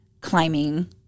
climbing